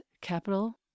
capital